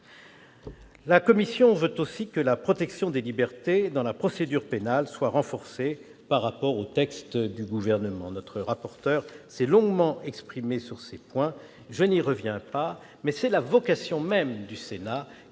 La commission veut aussi que la protection des libertés dans la procédure pénale soit renforcée par rapport à ce que prévoit le texte du Gouvernement. M. Buffet s'étant longuement exprimé sur ce point, je n'y reviens pas, mais c'est la vocation même du Sénat